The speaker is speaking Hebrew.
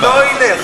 זה לא ילך.